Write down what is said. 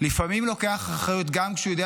לפעמים הוא לוקח אחריות גם כשהוא יודע